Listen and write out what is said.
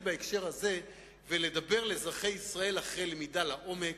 בהקשר הזה ולדבר אל אזרחי ישראל אחרי למידה לעומק,